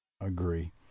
Agree